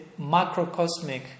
macrocosmic